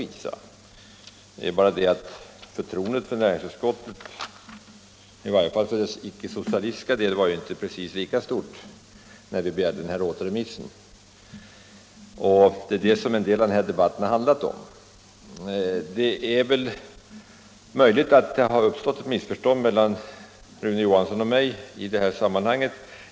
Det är bara det att förtroendet för näringsutskottet — i varje fall dess icke-socialistiska del — inte var lika stort när vi begärde återremiss. Det är om det en del av den här debatten har handlat. Det är möjligt att det uppstått ett missförstånd mellan Rune Johansson och mig i det här sammanhanget.